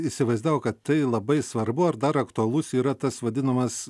įsivaizdavo kad tai labai svarbu ar dar aktualus yra tas vadinamas